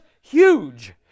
huge